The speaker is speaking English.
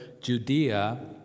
Judea